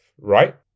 right